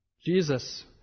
Jesus